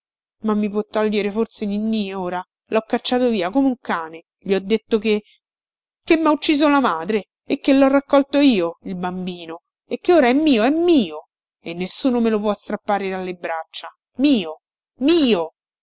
ma mi può togliere forse ninnì ora lho cacciato via come un cane gli ho detto che che mha ucciso la madre e che lho raccolto io il bambino e che ora è mio è mio e nessuno me lo può strappare dalle braccia mio mio